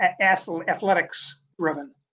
athletics-driven